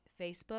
Facebook